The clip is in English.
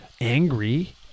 angry